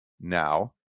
Now